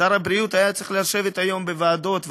שר הבריאות היה צריך לשבת היום בוועדות,